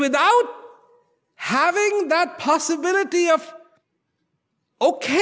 without having that possibility of ok